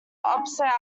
opposite